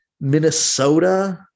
Minnesota